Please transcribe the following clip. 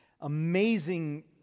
amazing